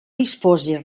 dispose